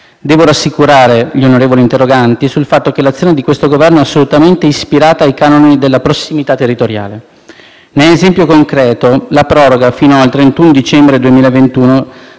Devo rassicurare gli onorevoli interroganti sul fatto che l'azione di questo Governo è assolutamente ispirata ai canoni della prossimità territoriale. Ne è esempio concreto la proroga, fino al 31 dicembre 2021,